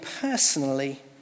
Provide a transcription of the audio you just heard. personally